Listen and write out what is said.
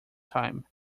time